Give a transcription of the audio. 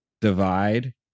divide